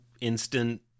instant